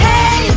Hey